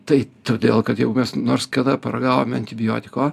tai todėl kad jeigu mes nors kada paragavome antibiotiko